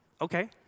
Okay